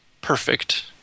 perfect